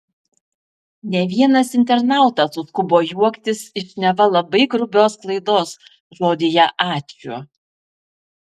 ne vienas internautas suskubo juoktis iš neva labai grubios klaidos žodyje ačiū